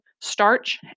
starch